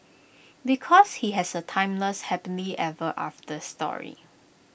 because he has A timeless happily ever after story